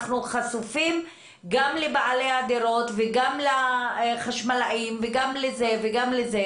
אנחנו חשופים גם לבעלי הדירות וגם לחשמלאים וגם לאחרים,